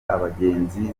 abagenzi